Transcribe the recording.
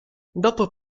dopo